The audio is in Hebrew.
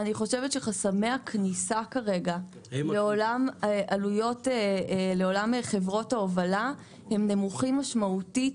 אני חושבת שחסמי הכניסה כרגע לעולם חברות ההובלה הם נמוכים משמעותית,